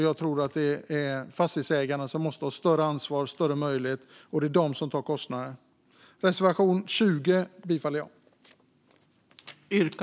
Jag tror att fastighetsägarna måste ha ett större ansvar och större möjlighet, och det är de som tar kostnaden. Jag yrkar bifall till reservation 20.